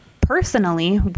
personally